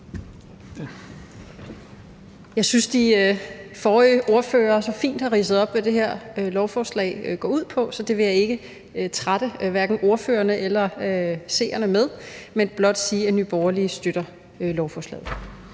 Jeg synes, de forrige ordførere så fint har ridset op, hvad det her lovforslag går ud på, så det vil jeg hverken trætte ordførerne eller seerne med, men blot sige, at Nye Borgerlige støtter lovforslaget.